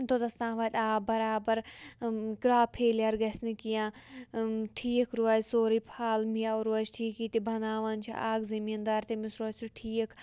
توٚتَس تام واتہِ آب بَرابَر کرٛاپ فیلِیر گَژھِ نہٕ کینٛہہ ٹھیٖک روزِ سورُے پھَل میٚوٕ روزِ ٹھیٖک یِتہِ بَناوان چھِ اَکھ زٔمیٖندار تٔمِس روزِ سُہ ٹھیٖک